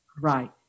right